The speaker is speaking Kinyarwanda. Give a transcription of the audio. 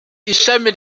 ishami